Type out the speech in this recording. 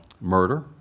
Murder